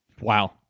Wow